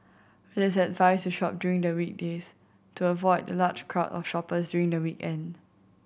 it is advised to shop during the weekdays to avoid the large crowd of shoppers during the weekend